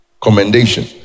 commendation